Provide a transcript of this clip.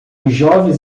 jovens